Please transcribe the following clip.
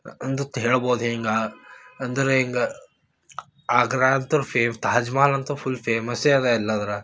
ಅಂದತ್ ಹೇಳ್ಬೋದು ಹಿಂಗೆ ಅಂದರೆ ಹಿಂಗ ಆಗ್ರಾ ಅಂತು ಫೇ ತಾಜ್ಮಹಲ್ ಅಂತೂ ಫುಲ್ ಫೇಮಸ್ಸೇ ಅದ ಎಲ್ಲದ್ರ